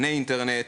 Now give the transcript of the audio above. לפני אינטרנט,